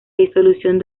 disolución